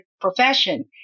profession